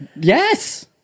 Yes